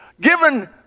given